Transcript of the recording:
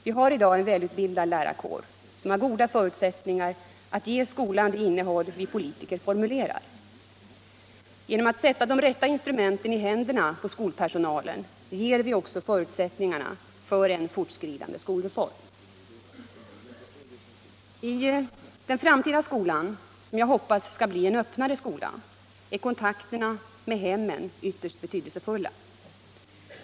Vi har i dag en välutbildad lärarkår, som har goda förutsättningar att ge skolan det innehåll vi politiker formulerar. Genom att sätta de rätta instrumenten i händerna på skolpersonalen ger vi också förutsättningarna för en fortskridande skolreform. I den framtida skolan, som jag hoppas skall bli en öppnare skola, är kontakterna mellan hem och skola ytterst betydelsefulla.